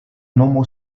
nomo